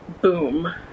boom